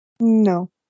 No